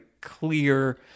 clear